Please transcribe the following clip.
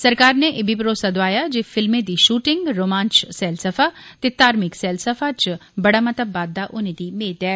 सरकार नै इब्बी भरोसा दोआया जे फिल्में दी शूटिंग रोमांच सैलसफा ते धार्मिक सैलसफा च बड़ा मता बाद्दा होने दी मेद ऐ